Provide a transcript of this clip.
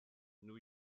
new